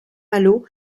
malo